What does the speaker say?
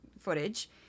footage